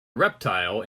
reptile